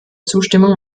zustimmung